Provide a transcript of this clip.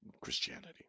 Christianity